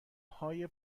های